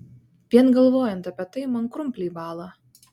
vien galvojant apie tai man krumpliai bąla